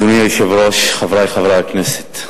אדוני היושב-ראש, חברי חברי הכנסת,